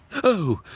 o!